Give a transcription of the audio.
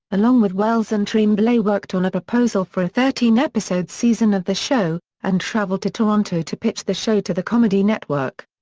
along with wells and tremblay worked on a proposal for a thirteen episode season of the show, and travelled to toronto to pitch the show to the comedy network.